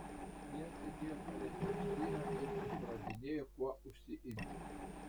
jie sėdėjo palei aikštyną ir išradinėjo kuo užsiimti